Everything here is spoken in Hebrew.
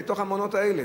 מתוך המעונות האלה,